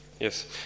Yes